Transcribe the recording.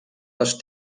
les